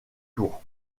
tour